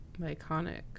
Iconic